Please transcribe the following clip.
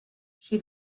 she